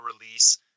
release